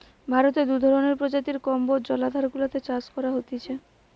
ভারতে দু ধরণের প্রজাতির কম্বোজ জলাধার গুলাতে চাষ করা হতিছে